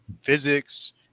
physics